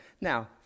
Now